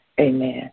Amen